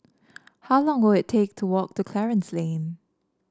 how long will it take to walk to Clarence Lane